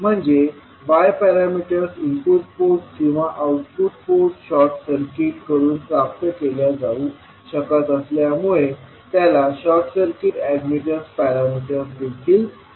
म्हणजे y parameters input port किंवा output port short circuit करून प्राप्त केल्या जाऊ शकत असल्यामुळे त्याला शॉर्ट सर्किट अॅडमिटन्स पॅरामीटर्स देखील म्हणतात